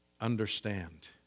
understand